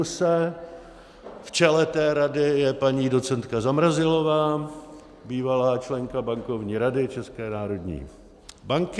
V čele té rady je paní docentka Zamrazilová, bývalá členka Bankovní rady České národní banky.